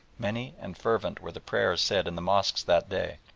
many and fervent were the prayers said in the mosques that day,